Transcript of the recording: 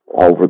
over